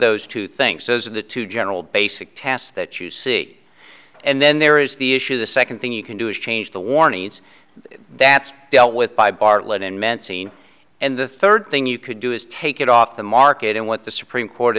those two things those are the two general basic tasks that you see and then there is the issue the second thing you can do is change the warnings that's dealt with by bartlett and meant seen and the third thing you could do is take it off the market and what the supreme court